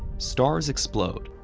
stars explode,